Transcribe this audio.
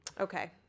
Okay